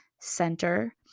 center